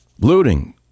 looting